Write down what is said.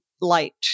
light